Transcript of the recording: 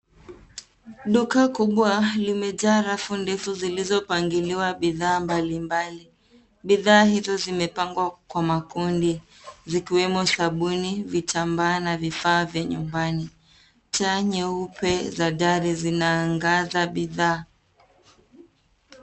Duka kubwa limejaa rafu ndefu zilizopangiliwa bidhaa mbali mbali. Bidhaa hizo zimepangwa kwa makundi, zikiwemo sabuni, vitambaa, na vifaa vya nyumbani. Taa nyeupe za dari zinaangaza bidhaa.